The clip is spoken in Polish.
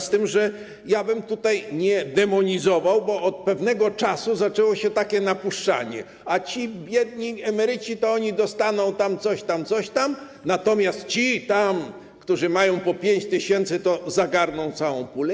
Z tym że ja bym tutaj nie demonizował, bo od pewnego czasu zaczęło się takie napuszczanie, a ci biedni emeryci to oni dostaną coś tam, natomiast ci tam, którzy mają po 5 tys., to zagarną całą pulę.